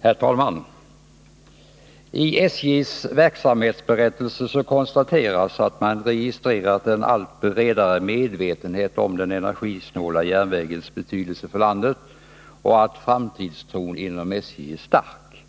Herr talman! I SJ:s verksamhetsberättelse konstateras att man registrerat en allt bredare medvetenhet om den energisnåla järnvägens betydelse för landet och att framtidstron inom SJ är stark.